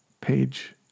Page